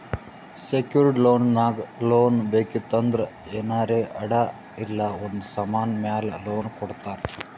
secured loan ನಾಗ್ loan ಬೇಕಿತ್ತು ಅಂದ್ರ ಏನಾರೇ ಅಡಾ ಇಲ್ಲ ಒಂದ್ ಸಮಾನ್ ಮ್ಯಾಲ ಲೋನ್ ಕೊಡ್ತಾರ್